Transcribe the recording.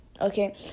okay